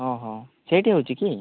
ହଁ ହଁ ସେଇଠି ହେଉଛି କି